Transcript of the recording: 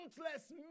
countless